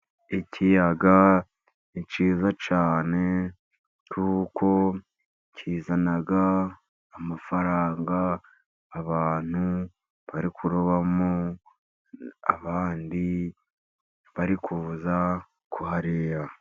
Ikiyaga ni cyiza cyane, kuko kizana amafaranga. Abantu bari kurobamo abandi bari kuza kuhareba.